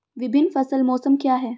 विभिन्न फसल मौसम क्या हैं?